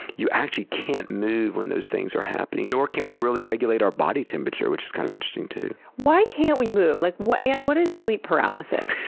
you actually can't move when those things are happening. nor can we really regulate our body temperature, which is kind of interesting too. why can't we move? like and what is sleep paralysis?